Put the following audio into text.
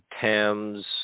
Thames